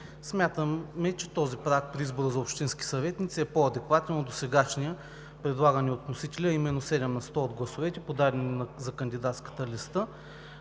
Смятаме, че този праг при избор за общински съветници е по-адекватен от досегашния, предлаган от вносителя, а именно 7 на сто от гласовете, подадени за кандидатската листа.